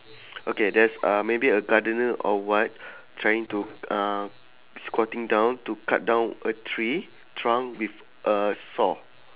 okay there's a maybe a gardener or what trying to uh squatting down to cut down a tree trunk with a saw